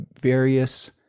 various